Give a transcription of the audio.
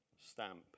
stamp